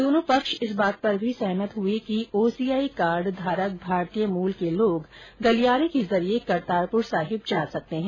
दोनों पक्ष इस बात पर भी सहमत हुए कि ओ सी आई कार्ड धारक भारतीय मूल के लोग गलियारे के जरिए करतारपुर साहिब जा सकते हैं